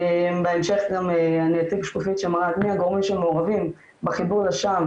בהמשך גם אציג שקופית שמראה מי הגורמים שמעורבים בחיבור לשע"ם,